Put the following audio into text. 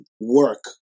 Work